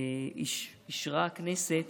אישרה הכנסת